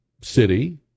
city